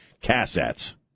cassettes